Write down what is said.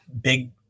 big